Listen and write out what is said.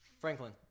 Franklin